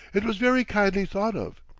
it was very kindly thought of,